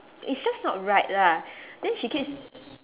it's just not right lah then she keeps